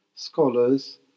scholars